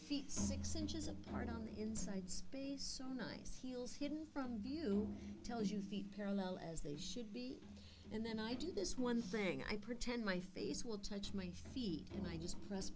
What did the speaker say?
feet six inches apart on the inside space so nice heels hidden from view tells you feet parallel as they should be and then i do this one thing i pretend my face will touch my feet and i just press